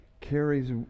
carries